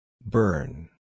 Burn